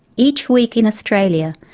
each week in australia,